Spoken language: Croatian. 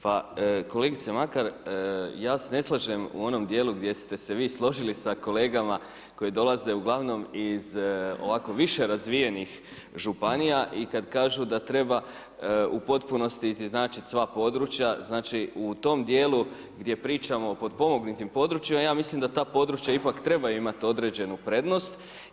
Pa kolegice Makar, ja se ne slažem u onom dijelu, gdje ste se vi složili sa kolegama koji dolaze ugl. ovako više razvijenih županija i kad kažu da treba u potpunosti izjednačiti sva područja, znači u tom dijelu, gdje pričamo o potpomognutim područjima, ja mislim, da ta područja ipak treba imati određenu prednost.